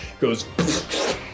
goes